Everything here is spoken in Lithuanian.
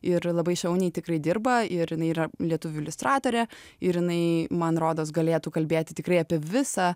ir labai šauniai tikrai dirba ir jinai yra lietuvių iliustratorė ir jinai man rodos galėtų kalbėti tikrai apie visą